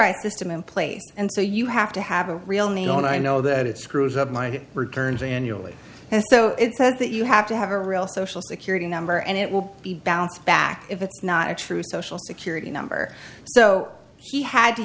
i'm in place and so you have to have a real name on i know that it screws up my returns annually so it says that you have to have a real social security number and it will be bounced back if it's not a true social security number so he had to